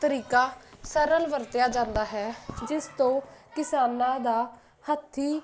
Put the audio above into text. ਤਰੀਕਾ ਸਰਲ ਵਰਤਿਆ ਜਾਂਦਾ ਹੈ ਜਿਸ ਤੋਂ ਕਿਸਾਨਾਂ ਦਾ ਹੱਥੀ